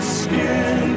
skin